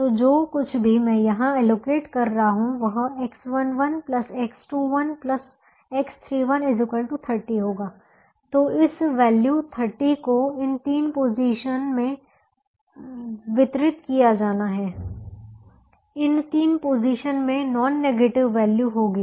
तो जो कुछ भी मैं यहां एलोकेट कर रहा हूं वह X11 X21 X31 30 होगा तो इस वैल्यू 30 को इन तीन पोजीशन में को वितरित किया जाना है इन तीन पोजीशन में नॉन नेगेटिव वैल्यू होगी